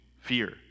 fear